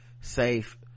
safe